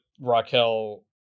Raquel